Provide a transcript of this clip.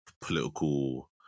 political